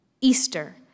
Easter